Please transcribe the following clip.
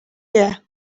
here